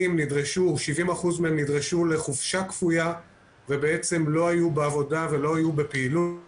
70% מהעובדים נדרשו לחופשה כפויה ולא היו בעבודה ובפעילות.